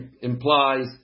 implies